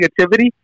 negativity